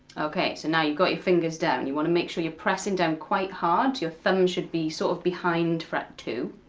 okay so now you've got your fingers down, you want to make sure you're pressing down quite hard, your thumb should be sort of behind fret two,